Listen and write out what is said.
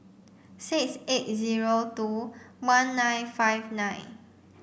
six eight zero two one nine five nine